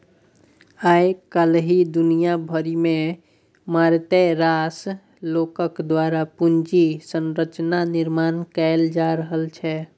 आय काल्हि दुनिया भरिमे मारिते रास लोकक द्वारा पूंजी संरचनाक निर्माण कैल जा रहल छै